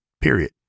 period